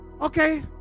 Okay